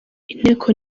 inteko